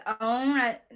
own